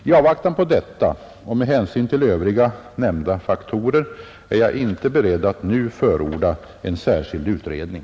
I avvaktan på detta och med hänsyn till övriga nämnda faktorer är jag inte beredd att nu förorda en särskild utredning.